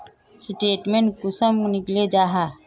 Statement कुंसम निकले जाहा?